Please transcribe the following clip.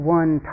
one